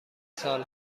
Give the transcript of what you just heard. سال